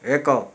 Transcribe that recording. ଏକ